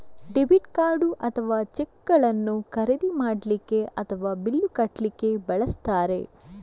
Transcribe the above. debit card ಅಥವಾ ಚೆಕ್ಗಳನ್ನು ಖರೀದಿ ಮಾಡ್ಲಿಕ್ಕೆ ಅಥವಾ ಬಿಲ್ಲು ಕಟ್ಲಿಕ್ಕೆ ಬಳಸ್ತಾರೆ